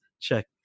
Check